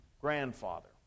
grandfather